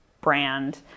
brand